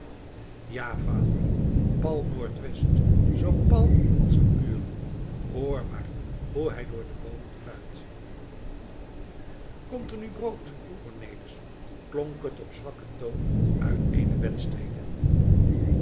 ja vader pal noord-west zoo pal als een muur hoor maar hoe hij door de boomen fluit komt er nu brood cornelis klonk het op zwakken toon uit eene bedstede